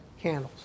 candles